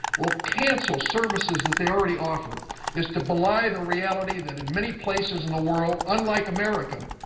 will cancel services that they already offer is to belie the reality that in many places in the world, unlike america,